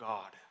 God